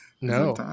no